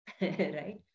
right